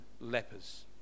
lepers